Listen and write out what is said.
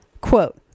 Quote